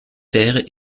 terres